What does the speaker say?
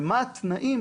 ומה התנאים